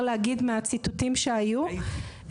מהציטוטים שהיו,